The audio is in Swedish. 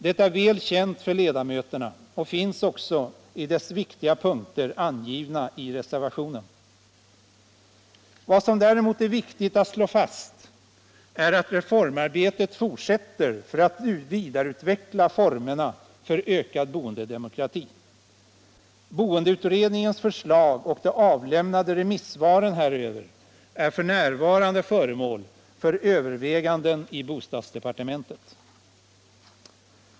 Det är väl känt för ledamöterna, och dess väsentliga punkter finns också angivna i reservationen. Vad som däremot är viktigt att slå fast är att reformarbetet fortsätter för att vidareutveckla formerna för ökad boendedemokrati. Boendeutredningens förslag och de avlämnade remissvaren häröver är f. n. föremål för överväganden i bostadsdepartementet.